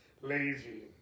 lazy